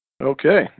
Okay